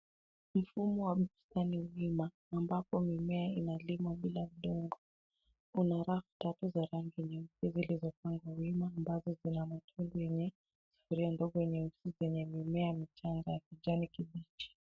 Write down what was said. Mfumo wa bustani mzima ambapo mimea inalimwa bila udongo. Una rafu tatu za rangi nyeupe zilizopangwa wima ambazo zina mitungi yenye shimo ndogo yenye mimea michanga ya kijani kibichi.